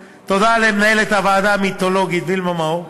למנהלת הוועדה המיתולוגית וילמה מאור,